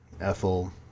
Ethel